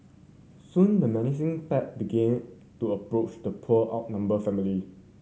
soon the menacing pack begin to approach the poor outnumbered family